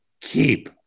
keep